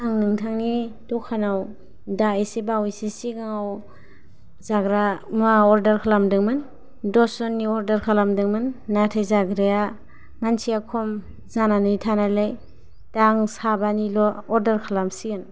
आं नोंथांनि दखानाव दाएसे बावयैसो सिगाङाव जाग्रा मुवा अर्डार खालामदोंमोन दसजननि मुवा अर्डार खालमदोंमोन नाथाय जाग्राया मानसिया खम जानानै थानायलाय दा आं साबानिल' अर्डार खालामसिगोन